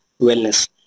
wellness